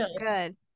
good